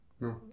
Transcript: No